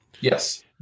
Yes